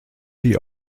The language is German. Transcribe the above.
die